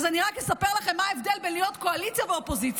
אז אני רק אספר לכם מה ההבדל בין להיות קואליציה לבין להיות אופוזיציה.